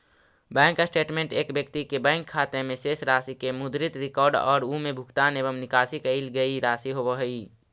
bank statement एक व्यक्ति के बैंक खाते में शेष राशि के मुद्रित रिकॉर्ड और उमें भुगतान एवं निकाशी कईल गई राशि होव हइ